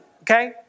Okay